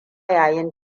yayin